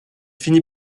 finit